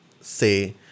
say